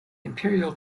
imperial